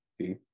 See